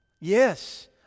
Yes